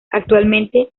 actualmente